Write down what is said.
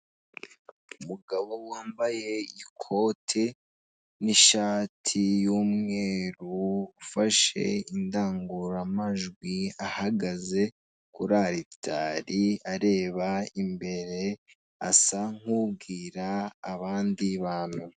Umugabo wambaye ikoti n'ishati y'umweru ufashe indangururamajwi ahagaze kuri aritari areba imbere asa nk'ubwira abandi bantu.